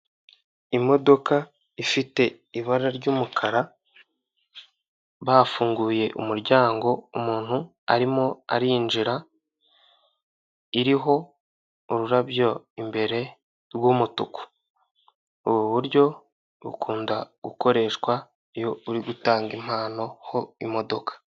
Imodoka ifite ibara ry'umukara bafunguye umuryango umuntu arimo arinjira iriho ururabyo imbere rw'umutuku. Ubu buryo bukunda gukoreshwa iyo uri gutanga impano ho imodoka.